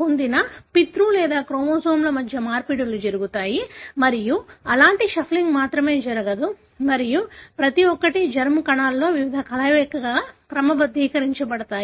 పొందిన పితృ లేదా క్రోమోజోమ్ల మధ్య మార్పిడులు జరుగుతాయి మరియు అలాంటి షఫులింగ్ మాత్రమే జరగదు మరియు ప్రతి ఒక్కటి జెర్మ్ కణాలలో వివిధ కలయికలుగా క్రమబద్ధీకరించబడతాయి